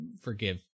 forgive